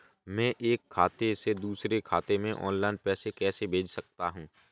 मैं एक खाते से दूसरे खाते में ऑनलाइन पैसे कैसे भेज सकता हूँ?